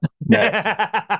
next